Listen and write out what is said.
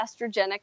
estrogenic